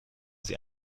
sie